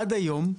עד היום,